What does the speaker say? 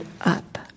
up